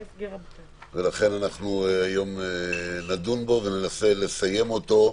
ולכן היום נדון בו וננסה לסיים אותו,